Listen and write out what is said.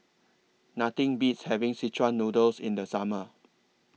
Nothing Beats having Szechuan Noodle in The Summer